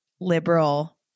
liberal